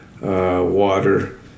water